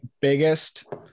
biggest